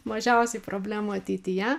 mažiausiai problemų ateityje